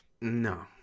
No